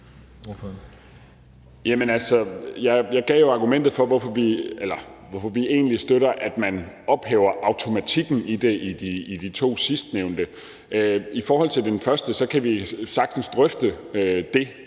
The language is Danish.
Jeg gav jo argumentet for, hvorfor vi støtter, at man ophæver automatikken i det i de to sidstnævnte lovforslag. I forhold til det første kan vi sagtens drøfte det,